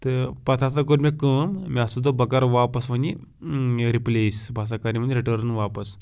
تہٕ پتہٕ ہسا کوٚر مےٚ کٲم مےٚ ہسا دوٚپ بہٕ کرٕ واپس وۄنۍ یہِ رِپلیس بہٕ ہسا کر یِمَن یہِ رِٹٲرن واپَس